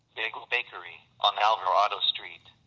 bagel bakery on el dorado street.